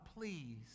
please